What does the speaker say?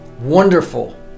Wonderful